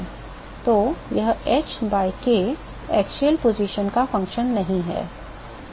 तो यह h by k अक्षीय स्थिति का फंक्शन नहीं है